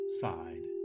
side